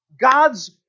God's